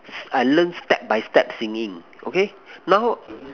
I learn step by step singing okay now